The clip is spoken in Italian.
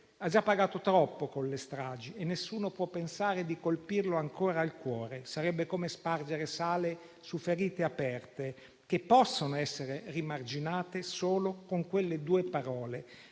ha già pagato troppo con le stragi e nessuno può pensare di colpirlo ancora al cuore: sarebbe come spargere sale su ferite aperte che possono essere rimarginate solo con quelle due parole